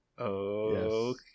Okay